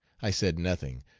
i said nothing,